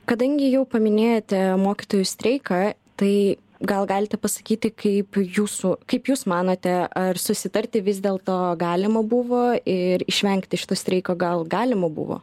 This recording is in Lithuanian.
kadangi jau paminėjote mokytojų streiką tai gal galite pasakyti kaip jūsų kaip jūs manote ar susitarti vis dėlto galima buvo ir išvengti šito streiko gal galima buvo